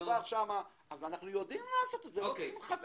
אנחנו יודעים לעשות את זה, אנחנו לא צריכים לחכות.